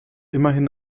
immerhin